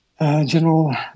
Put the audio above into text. general